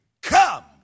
Come